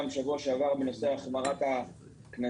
גם בשבוע שעבר בנושא החמרת הקנסות.